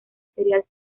serial